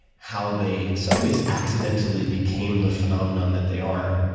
how they in some ways accidentally became the phenomenon that they are.